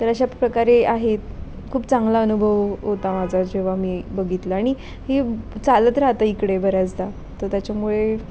तर अशा प्रकारे आहेत खूप चांगला अनुभव होता माझा जेव्हा मी बघितलं आणि हे चालत राहतं इकडे बऱ्याचदा तर त्याच्यामुळे